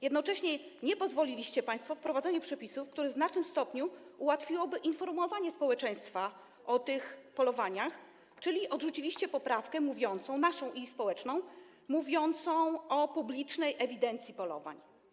Jednocześnie nie pozwoliliście państwo na wprowadzenie przepisów, które w znacznym stopniu ułatwiłyby informowanie społeczeństwa o tych polowaniach, czyli odrzuciliście poprawkę naszą i społeczną mówiącą o publicznej ewidencji polowań.